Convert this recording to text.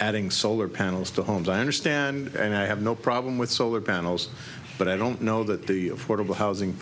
adding solar panels to homes i understand and i have no problem with solar panels but i don't know that the affordable housing